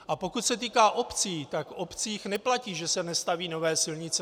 A pokud se týká obcí, tak v obcích neplatí, že se nestaví nové silnice.